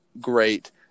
great